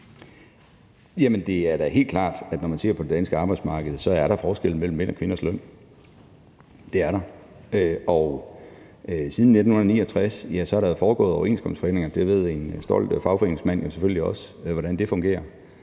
Det er da helt klart, at der på det danske arbejdsmarked er forskel mellem mænds og kvinders løn. Det er der. Siden 1969 har der foregået overenskomstforhandlinger, og det ved en stolt fagforeningsmand selvfølgelig også hvordan fungerer.